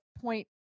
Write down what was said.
point